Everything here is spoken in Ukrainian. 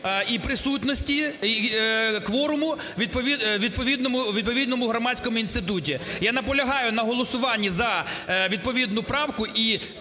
і присутності кворуму у відповідному громадському інституті. Я наполягаю на голосуванні за відповідну правку і